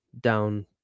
down